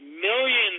millions